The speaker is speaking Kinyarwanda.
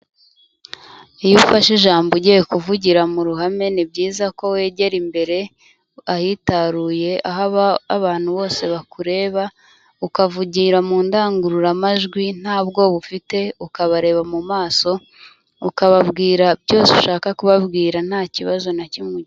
Iyo ufashe ijambo ugiye kuvugira mu ruhame, ni byiza ko wegera imbere ahitaruye, aho abantu bose bakureba, ukavugira mu ndangururamajwi nta bwoba ufite ukabareba mu maso, ukababwira byose ushaka kubabwira nta kibazo na kimwe...